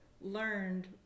learned